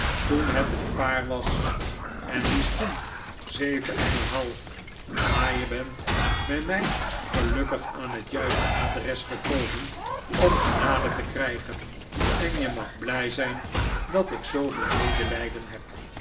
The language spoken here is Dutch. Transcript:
toen het een paar was en die schoen zeven en een half maar je bent bij mij gelukkig aan het juiste adres gekomen om genade te krijgen en je mag blij zijn dat ik zooveel medelijden heb